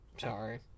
Sorry